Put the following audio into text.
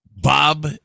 Bob